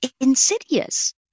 insidious